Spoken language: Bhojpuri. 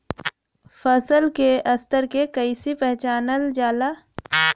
फसल के स्तर के कइसी पहचानल जाला